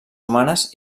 humanes